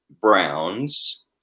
Browns